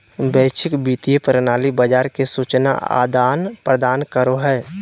वैश्विक वित्तीय प्रणाली बाजार के सूचना आदान प्रदान करो हय